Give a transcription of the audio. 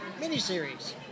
miniseries